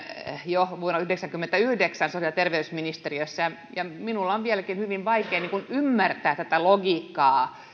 jo vuonna yhdeksänkymmentäyhdeksän sosiaali ja terveysministeriössä ja minun on vieläkin hyvin vaikea ymmärtää tätä logiikkaa